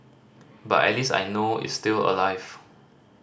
but at least I know is still alive